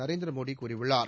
நரேந்திரமோடி கூறியுள்ளார்